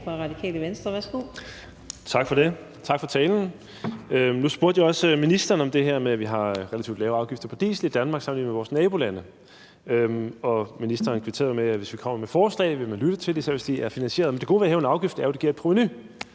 (RV): Tak for det, og tak for talen. Nu spurgte jeg også ministeren om det her med, at vi har relativt lave afgifter på diesel i Danmark sammenlignet med vores nabolande, og ministeren kvitterede med, at hvis vi kommer med forslag, vil man lytte til det, især hvis de er finansieret. Men det gode ved at hæve en afgift er jo, at det giver et provenu,